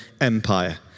Empire